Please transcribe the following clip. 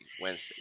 Wednesday